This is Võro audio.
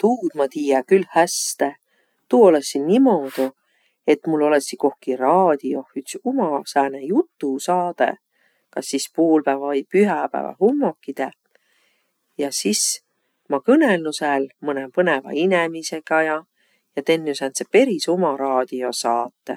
Tuud ma tiiä külq häste. Tuu olõssiq niimoodu, et mul olõssiq kohki raadioh üts uma sääne jutusaadõq kas sis puulpäävä vai pühäpäävä hummokidõ. Ja sis ma kõnõlnuq sääl mõnõ põnõva inemisegaq ja. Ja tennüq sääntse peris uma raadiosaatõ.